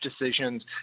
decisions